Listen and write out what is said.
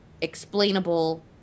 explainable